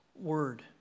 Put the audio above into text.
Word